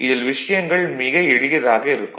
இதில் விஷயங்கள் மிக எளியதாக இருக்கும்